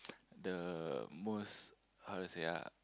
the most how to say ah